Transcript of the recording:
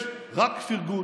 יש רק פרגון.